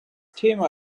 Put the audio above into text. thema